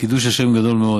קידוש השם גדול מאוד.